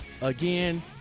Again